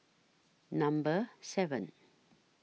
Number seven